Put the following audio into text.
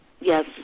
Yes